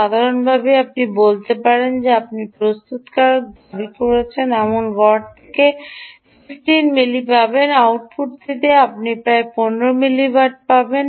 সাধারণভাবে আপনি বলতে পারেন যে আপনি প্রস্তুতকারক দাবি করছেন এমন ওয়াট থেকে 15 মিলি পাবেন আউটপুটটিতে আপনি প্রায় 15 মিলিওয়াট পাবেন